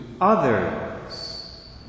others